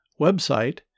website